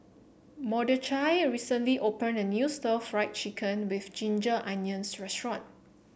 Mordechai recently opened a new Stir Fried Chicken with Ginger Onions restaurant